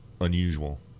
unusual